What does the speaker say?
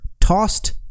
tossed